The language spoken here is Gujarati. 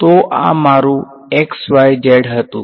તો આ મારું z x y હતું